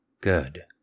Good